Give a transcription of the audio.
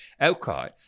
Okay